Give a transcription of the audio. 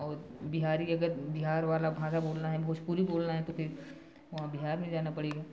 और बिहारी अगर बिहार वाला भाषा बोलना है भोजपुरी बोलना है तो फिर वहाँ बिहार में जाना पड़ेगा